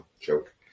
Joke